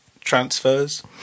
transfers